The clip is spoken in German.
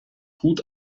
gut